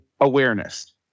awareness